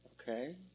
Okay